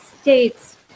States